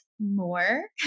more